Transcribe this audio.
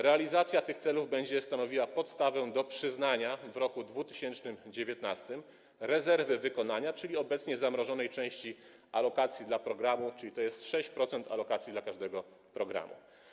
Realizacja tych celów będzie stanowiła podstawę do przyznania w roku 2019 środków rezerwy wykonania, czyli obecnie zamrożonej części alokacji dla programu, co stanowi 6% alokacji dla każdego programu.